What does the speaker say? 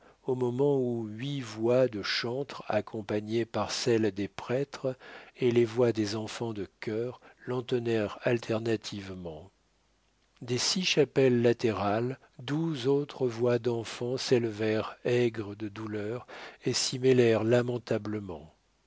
au moment où huit voix de chantres accompagnées par celles des prêtres et les voix des enfants de chœur l'entonnèrent alternativement des six chapelles latérales douze autres voix d'enfants s'élevèrent aigres de douleur et s'y mêlèrent lamentablement